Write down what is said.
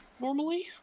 normally